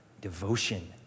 devotion